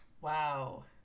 Wow